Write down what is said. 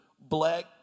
black